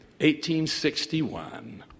1861